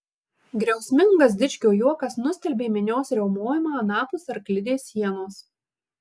griausmingas dičkio juokas nustelbė minios riaumojimą anapus arklidės sienos